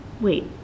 Wait